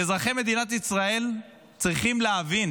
ואזרחי מדינת ישראל צריכים להבין